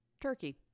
Turkey